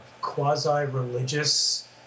quasi-religious